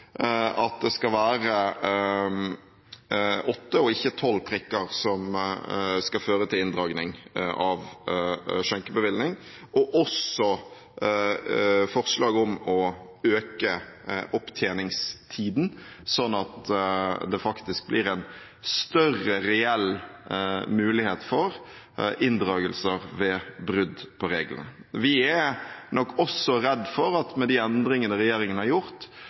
at det skal være åtte og ikke tolv prikker som skal føre til inndragning av skjenkebevillingen, og også forslaget om å øke opptjeningstiden, slik at det faktisk blir en større reell mulighet for inndragelser ved brudd på reglene. Vi er nok også redd for at med de endringene regjeringen har gjort,